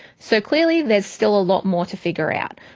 so clearly, there's still a lot more to figure out,